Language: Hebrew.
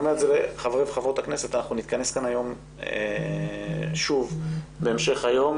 אנחנו נתכנס כאן היום שוב בהמשך היום